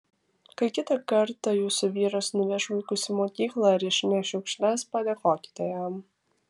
kai kitą kartą jūsų vyras nuveš vaikus į mokyklą ar išneš šiukšles padėkokite jam